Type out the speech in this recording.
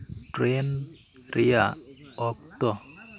train ᱨᱮᱭᱟᱜ ᱚᱠᱛᱚ